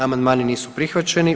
Amandmani nisu prihvaćeni.